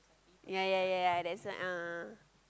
ya ya ya ya that's why ah